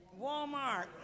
Walmart